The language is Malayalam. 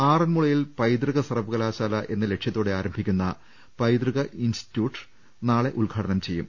ആറൻമുളയിൽ പൈതൃക സർവകലാശാല എന്ന ലക്ഷ്യത്തോടെ ആരംഭിക്കുന്ന പൈതൃക ഇൻസ്റ്റിറ്റ്യൂട്ട് നാളെ ഉദ്ഘാടനം ചെയ്യും